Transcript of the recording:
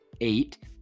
eight